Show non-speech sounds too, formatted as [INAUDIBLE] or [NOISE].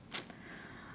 [NOISE]